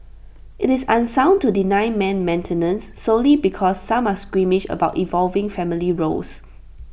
IT is unsound to deny men maintenance solely because some are squeamish about evolving family roles